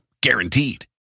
Guaranteed